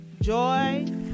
joy